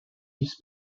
vice